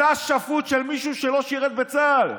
אתה שפוט של מישהו שלא שירת בצה"ל,